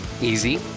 easy